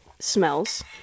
smells